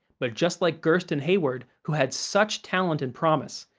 but just like gersten hayward, who had such talent and promise,